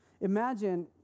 Imagine